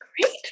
great